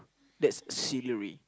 that's salary